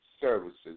services